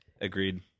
Agreed